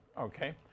Okay